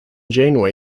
janeway